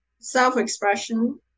self-expression